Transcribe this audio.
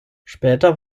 später